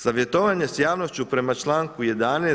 Savjetovanje s javnošću prema članku 11.